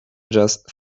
just